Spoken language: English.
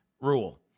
rule